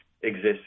exists